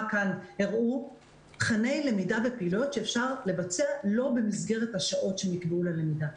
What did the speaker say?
כאן תכני למידה ופעילויות שאפשר לבצע לא במסגרת השעות שנקבעו ללמידה.